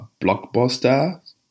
Blockbuster